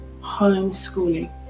homeschooling